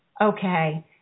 okay